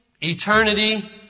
eternity